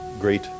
great